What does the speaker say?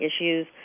issues